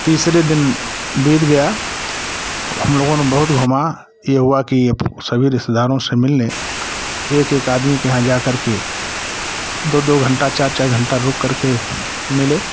तीसरे दिन बीत गया हम लोगों ने बहुत घूमा ये हुआ की सभी रिश्तेदारों से मिल ले एक एक आदमी के यहाँ जाकर के दो दो घंटा चार चार घंटा रुककर के मिले